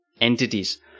entities